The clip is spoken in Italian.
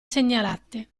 segnalate